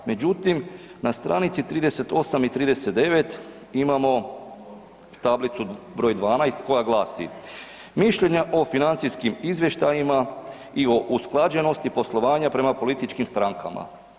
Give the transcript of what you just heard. Međutim, na str. 38 i 39 imamo tablicu br. 12 koja glasi, mišljenja o financijskim izvještajima i o usklađenosti poslovanja prema političkim strankama.